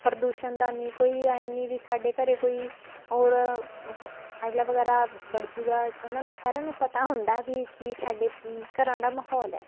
ਪ੍ਰਦੂਸ਼ਣ ਦਾ ਨਹੀਂ ਕੋਈ ਐਂ ਨਹੀਂ ਵੀ ਸਾਡੇ ਘਰ ਕੋਈ ਹੋਰ ਉਹ ਐਰਾ ਵਗੈਰਾ ਵੜ੍ਹ ਜੂਗਾ ਉਨ੍ਹਾਂ ਨੂੰ ਸਾਰਿਆਂ ਨੂੰ ਪਤਾ ਹੁੰਦਾ ਵੀ ਕੀ ਸਾਡੇ ਘਰਾਂ ਦਾ ਮਹੌਲ ਹੈ